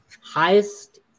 highest